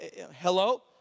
hello